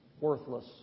Worthless